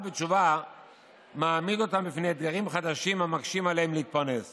לתת לעם לקבוע ולא לתת לקומץ אנשים שלא נבחרו על ידי אף אחד.